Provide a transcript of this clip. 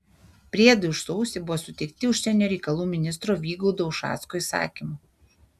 priedai už sausį buvo suteikti užsienio reikalų ministro vygaudo ušacko įsakymu